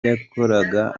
yakoraga